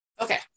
okay